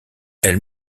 elle